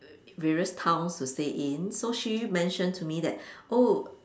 various towns to stay in so she mentioned to me that oh